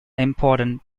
important